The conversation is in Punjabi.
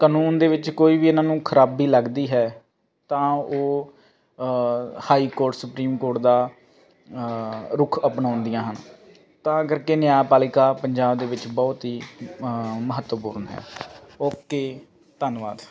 ਕਾਨੂੰਨ ਦੇ ਵਿੱਚ ਕੋਈ ਵੀ ਇਹਨਾਂ ਨੂੰ ਖਰਾਬੀ ਲੱਗਦੀ ਹੈ ਤਾਂ ਉਹ ਹਾਈ ਕੋਰਟ ਸੁਪਰੀਮ ਕੋਰਟ ਦਾ ਰੁੱਖ ਅਪਣਾਉਂਦੀਆਂ ਹਨ ਤਾਂ ਕਰਕੇ ਨਿਆਂਪਾਲਕਾ ਪੰਜਾਬ ਦੇ ਵਿੱਚ ਬਹੁਤ ਹੀ ਮਹੱਤਵਪੂਰਨ ਹੈ ਓਕੇ ਧੰਨਵਾਦ